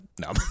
No